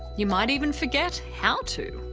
you might even forget how to.